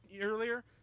earlier